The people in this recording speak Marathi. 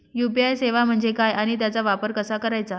यू.पी.आय सेवा म्हणजे काय आणि त्याचा वापर कसा करायचा?